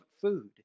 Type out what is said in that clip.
food